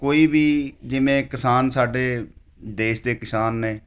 ਕੋਈ ਵੀ ਜਿਵੇਂ ਕਿਸਾਨ ਸਾਡੇ ਦੇਸ਼ ਦੇ ਕਿਸਾਨ ਨੇ